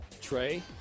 Trey